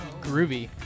groovy